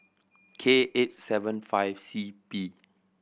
K eight seven five C P